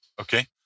Okay